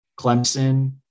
Clemson